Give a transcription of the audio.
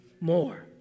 more